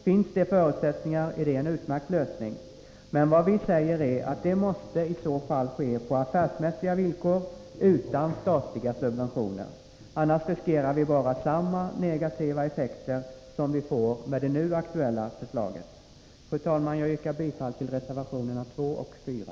Finns det förutsättningar är det en utmärkt lösning. Men vad vi säger är att det måste i så fall ske på affärsmässiga villkor, utan statliga subventioner. Annars riskerar vi bara samma negativa effekter som vi får med det nu aktuella förslaget. Fru talman! Jag yrkar bifall till reservationerna 2 och 4.